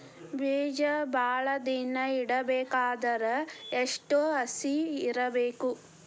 ಬೇಜ ಭಾಳ ದಿನ ಇಡಬೇಕಾದರ ಎಷ್ಟು ಹಸಿ ಇರಬೇಕು?